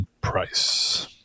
price